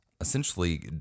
essentially